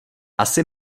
asi